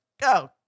go